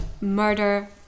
murder